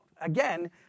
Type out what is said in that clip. again